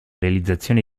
realizzazione